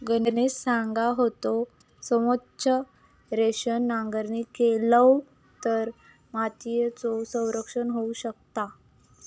गणेश सांगा होतो, समोच्च रेषेन नांगरणी केलव तर मातीयेचा संरक्षण होऊ शकता